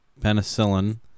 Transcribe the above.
penicillin